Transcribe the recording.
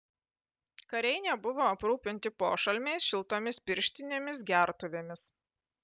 kariai nebuvo aprūpinti pošalmiais šiltomis pirštinėmis gertuvėmis